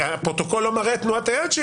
- הפרוטוקול לא מראה את תנועת היד שלי